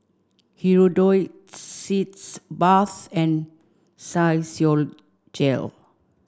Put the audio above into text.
Hirudoid Sitz bath and Physiogel